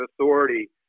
authority